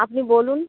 আপনি বলুন